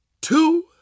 two